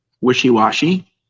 wishy-washy